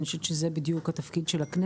אני חושבת שזה בדיוק התפקיד של הכנסת,